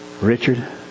Richard